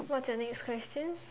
what's your next question